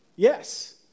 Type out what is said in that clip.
Yes